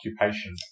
occupation